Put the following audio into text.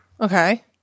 Okay